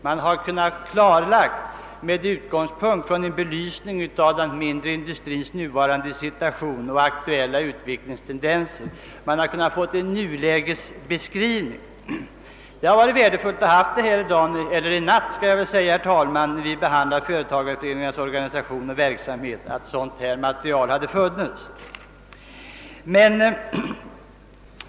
Man hade kunnat klarlägga frågan med utgångspunkt från en belysning av den mindre industrins nuvarande situation och aktuella utvecklingstendenser. Man hade kunnat få en »nulägesbeskrivning». Det hade varit värdefullt om vi här i dag, eller i natt skall jag väl säga, herr talman, när vi behandlar företagareföreningarnas organisation och verksamhet, hade haft ett sådant material tillgängligt.